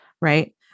right